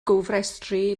gofrestru